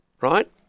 right